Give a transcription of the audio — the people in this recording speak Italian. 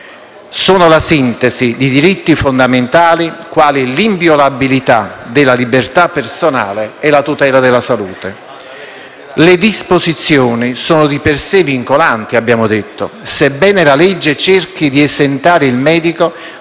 Sono la sintesi di diritti fondamentali quali l'inviolabilità della libertà personale e la tutela della salute. Le disposizioni sono di per sé vincolanti, come abbiamo detto, sebbene la legge cerchi di esentare il medico